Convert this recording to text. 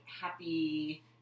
happy